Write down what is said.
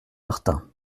martin